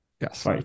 Yes